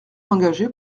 engagé